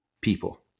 people